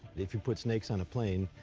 if you put snakes on a plane,